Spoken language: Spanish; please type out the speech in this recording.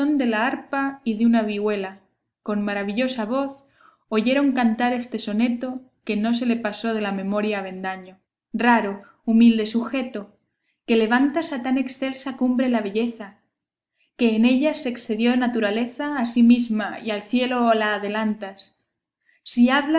la arpa y de una vihuela con maravillosa voz oyeron cantar este soneto que no se le pasó de la memoria a avendaño raro humilde sujeto que levantas a tan excelsa cumbre la belleza que en ella se excedió naturaleza a sí misma y al cielo la adelantas si hablas